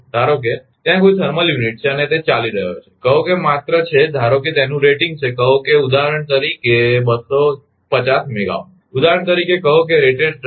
ધારો કે ત્યાં કોઈ થર્મલ યુનિટ છે અને તે ચાલી રહ્યો છે કહો કે તે માત્ર છે ધારો કે તેનું રેટીંગ છે કહો કે ઉદાહરણ તરીકે 250 મેગાવાટ ઉદાહરણ તરીકે કહો કે રેટેડ ક્ષમતા